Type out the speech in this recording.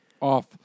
off